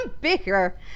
bigger